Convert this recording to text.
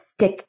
stick